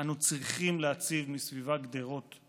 אנחנו צריכים להציב מסביבה גדרות,